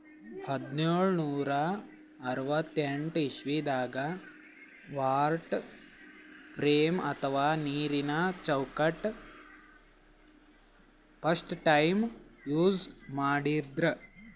ಹದ್ದ್ನೋಳ್ ನೂರಾ ಅರವತ್ತೆಂಟ್ ಇಸವಿದಾಗ್ ವಾಟರ್ ಫ್ರೇಮ್ ಅಥವಾ ನೀರಿನ ಚೌಕಟ್ಟ್ ಫಸ್ಟ್ ಟೈಮ್ ಯೂಸ್ ಮಾಡಿದ್ರ್